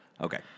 Okay